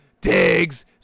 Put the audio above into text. digs